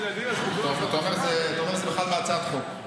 אז אתה אומר שזה בכלל בהצעת החוק.